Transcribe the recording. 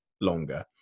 longer